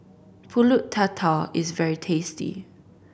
Pulut Tatal is very tasty